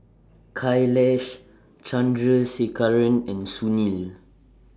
Kailash Chandrasekaran and Sunil